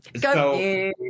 Go